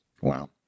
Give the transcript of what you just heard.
Wow